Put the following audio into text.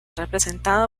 representado